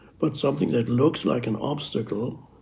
but something that looks like an obstacle